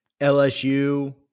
LSU